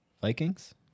Vikings